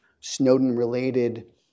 Snowden-related